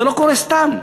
זה לא קורה סתם,